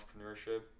entrepreneurship